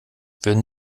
würden